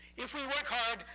if we work hard,